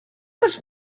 much